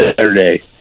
Saturday